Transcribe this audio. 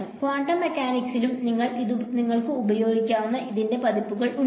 quantum മെക്കാനിക്സിലും നിങ്ങൾക്ക് ഉപയോഗിക്കാവുന്ന ഇതിന്റെ പതിപ്പുകൾ ഉണ്ട്